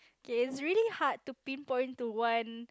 okay it's really hard to pinpoint to one